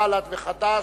בל"ד וחד"ש,